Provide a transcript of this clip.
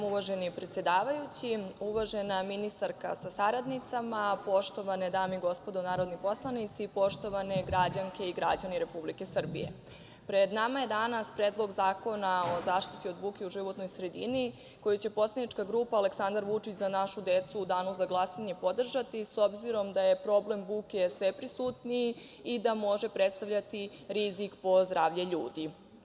Uvaženi predsedavajući, uvažena ministarka sa saradnicama, poštovane dame i gospodo narodni poslanici, poštovane građanke i građani Republike Srbije, pred nama je danas Predlog zakona o zaštiti od buke u životnoj sredini, koji će poslanička grupa Aleksandar Vučić - za našu decu, u danu za glasanje podržati, s obzirom da je problem buke sve prisutniji i da može predstavljati rizik po zdravlje ljudi.